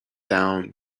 down